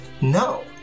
No